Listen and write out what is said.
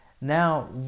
Now